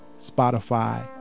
Spotify